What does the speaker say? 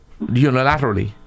unilaterally